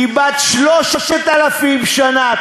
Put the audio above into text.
היא בת 3,000 שנה,